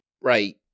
Right